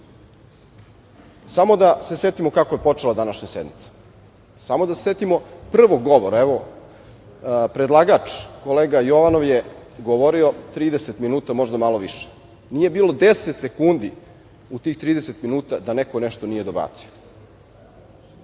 Samo da se setimo kako je počela današnja sednica. Samo da se setimo prvog govora. Evo, predlagač, kolega Jovanov je govorio 30 minuta, možda malo više. Nije bilo deset sekundi u tih 30 minuta da neko nešto nije dobacio. Mi